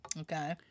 Okay